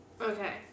Okay